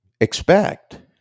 expect